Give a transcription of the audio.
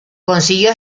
consiguió